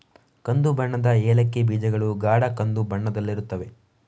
ಕಂದು ಬಣ್ಣದ ಏಲಕ್ಕಿ ಬೀಜಗಳು ಗಾಢ ಕಂದು ಬಣ್ಣದಲ್ಲಿರುತ್ತವೆ